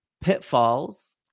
pitfalls